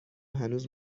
هنوز